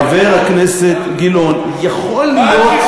חבר הכנסת גילאון, יכול להיות, מה